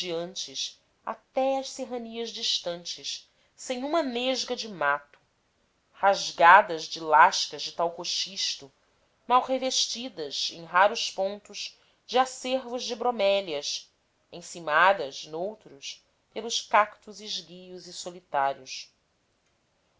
ondeantes até às serranias distantes sem uma nesga de mato rasgadas de lascas de talcoxisto mal revestidas em raros pontos de acervos de bromélias encimadas noutros pelos cactos esguios e solitários